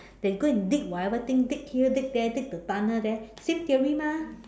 they go and dig whatever thing dig here dig there dig the tunnel there same theory mah